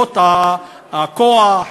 למרות הכוח,